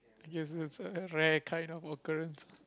it's it's it's a rare kind of occurrence